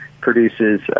produces